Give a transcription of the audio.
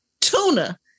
Tuna